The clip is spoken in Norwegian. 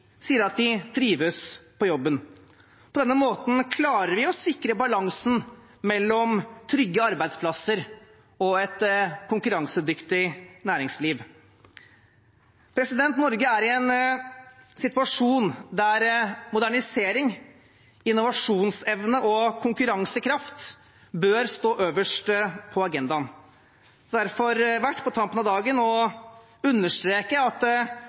sier at de trives på jobben. På denne måten klarer vi å sikre balansen mellom trygge arbeidsplasser og et konkurransedyktig næringsliv. Norge er i en situasjon der modernisering, innovasjonsevne og konkurransekraft bør stå øverst på agendaen. Det er derfor verdt – på tampen av dagen – å understreke at